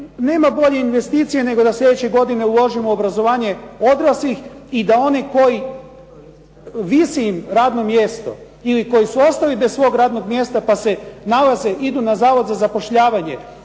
nema bolje investicije nego da sljedeće godine uložimo u obrazovanje odraslih i da oni kojima visi radno mjesto ili koji su ostali bez svog radnom mjesta, pa se nalaze, idu na Zavod za zapošljavanje,